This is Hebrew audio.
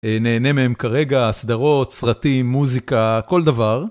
נהנה מהם כרגע, הסדרות, סרטים, מוזיקה, כל דבר.